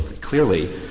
clearly